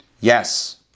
Yes